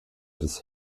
des